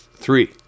three